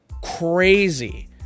crazy